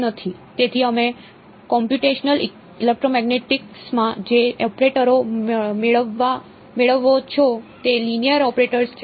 તેથી તમે કોમ્પ્યુટેશનલ ઇલેક્ટ્રોમેગ્નેટિક્સમાં જે ઓપરેટરો મેળવો છો તે લિનિયર ઓપરેટર્સ છે